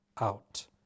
out